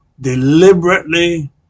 deliberately